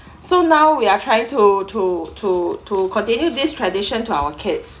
so now we are trying to to to to continue this tradition to our kids